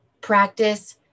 practice